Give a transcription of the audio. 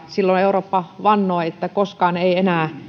silloin eurooppa vannoi että koskaan ei enää